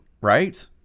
Right